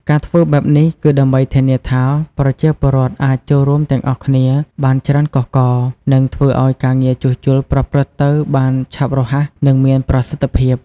ការធ្វើបែបនេះគឺដើម្បីធានាថាប្រជាពលរដ្ឋអាចចូលរួមទាំងអស់គ្នាបានច្រើនកុះករ និងធ្វើឲ្យការងារជួសជុលប្រព្រឹត្តទៅបានឆាប់រហ័ស និងមានប្រសិទ្ធភាព។